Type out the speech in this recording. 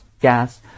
gas